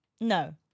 No